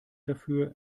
dafür